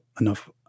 enough